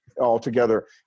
altogether